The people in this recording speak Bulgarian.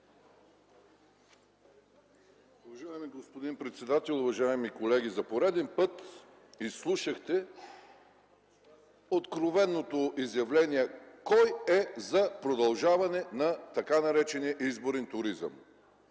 Уважаеми господин председател, уважаеми колеги! За пореден път изслушахте откровеното изявление кой е за продължаване на така наречения изборен туризъм.